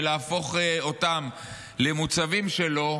ולהפוך אותם למוצבים שלו,